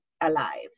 alive